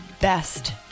best